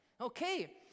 Okay